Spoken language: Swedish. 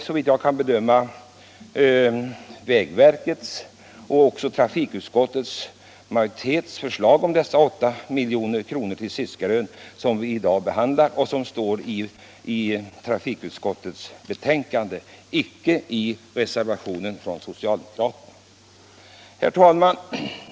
Såvitt jag kan bedöma är det vägverkets och trafikutskottets majoritets förslag om dessa 8 milj.kr. till Seskarö som vi i dag behandlar. Det ingår i trafikutskottets betänkande, inte i reservationen från socialdemokraterna. Herr talman!